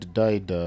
died